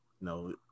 No